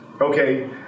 okay